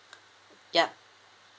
yup